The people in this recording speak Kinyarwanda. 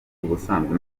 ubusanzwe